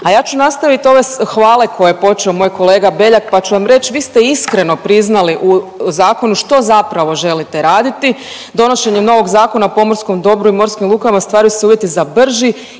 a ja ću nastaviti ove hvale koje je počeo moj kolega Beljak pa ću vam reći vi ste iskreno priznali u zakonu što zapravo želite raditi. Donošenjem novog Zakona o pomorskom dobru i morskim lukama stvaraju se uvjeti za brži